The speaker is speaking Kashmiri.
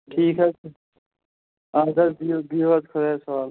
ٹھیٖک حظ چھُ اَدٕ حظ بِہو بِہو حظ خۄدایَس حوالہٕ